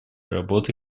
работы